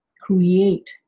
create